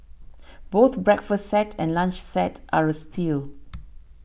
both breakfast set and lunch set are a steal